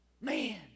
Man